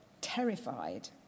terrified